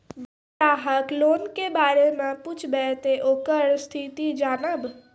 Bank ग्राहक loan के बारे मैं पुछेब ते ओकर स्थिति जॉनब?